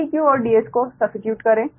Deq और Ds को substitute करे